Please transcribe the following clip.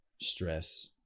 stress